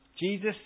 Jesus